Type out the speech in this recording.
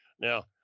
Now